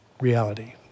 Reality